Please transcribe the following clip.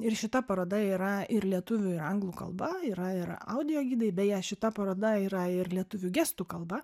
ir šita paroda yra ir lietuvių ir anglų kalba yra ir audio gidai beje šita paroda yra ir lietuvių gestų kalba